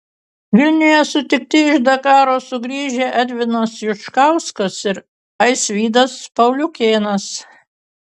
vilniuje sutikti iš dakaro sugrįžę edvinas juškauskas ir aisvydas paliukėnas